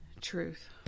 Truth